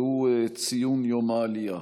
והוא ציון יום העלייה,